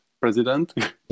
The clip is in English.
president